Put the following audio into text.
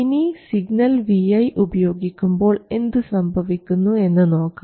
ഇനി signal Vi ഉപയോഗിക്കുമ്പോൾ എന്ത് സംഭവിക്കുന്നു എന്ന് നോക്കാം